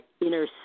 inner